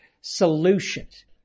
solutions